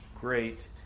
great